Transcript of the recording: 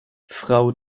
frau